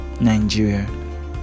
nigeria